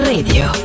Radio